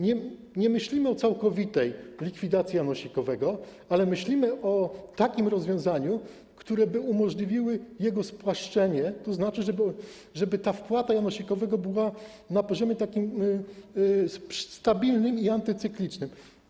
Nie myślimy o całkowitej likwidacji janosikowego, ale myślimy o takim rozwiązaniu, które umożliwiłoby jego spłaszczenie, tzn. żeby wpłata janosikowego była na poziomie stabilnym i antycyklicznym.